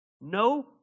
No